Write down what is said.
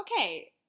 Okay